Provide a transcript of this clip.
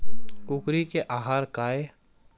कुकरी के आहार काय?